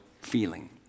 feeling